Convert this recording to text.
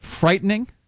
frightening